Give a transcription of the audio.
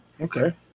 okay